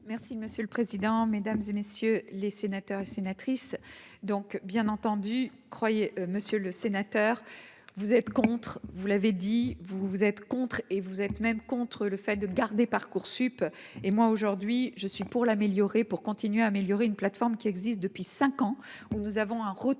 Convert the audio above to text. Merci monsieur le président, Mesdames et messieurs les sénateurs et sénatrices, donc bien entendu croyez monsieur le sénateur. Vous êtes contre, vous l'avez dit, vous vous êtes contre, et vous êtes même contre le fait de garder Parcoursup et moi aujourd'hui, je suis pour l'améliorer pour continuer à améliorer une plateforme qui existe depuis 5 ans, où nous avons un retour